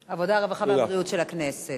העבודה, הרווחה והבריאות של הכנסת.